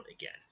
again